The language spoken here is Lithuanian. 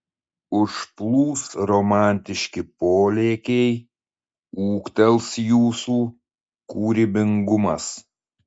užplūs romantiški polėkiai ūgtels jūsų kūrybingumas